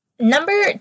Number